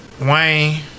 Wayne